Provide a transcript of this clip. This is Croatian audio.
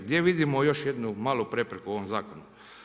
Gdje vidimo još jednu malu prepreku u ovom zakonu?